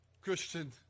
Christian